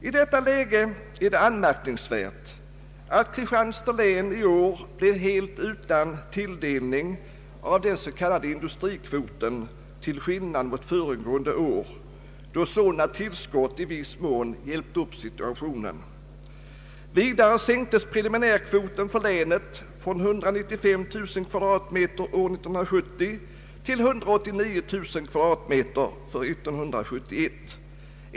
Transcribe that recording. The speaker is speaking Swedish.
I detta läge är det anmärkningsvärt att Kristianstads län i år blev helt utan tilldelning av den s.k. industrikvoten till skillnad mot föregående år, då sådana tillskott i viss mån hjälpt upp situationen. Vidare sänktes preliminärkvoten för länet från 195 000 m? år 1970 till 189 000 m? för 1971.